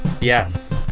Yes